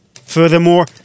Furthermore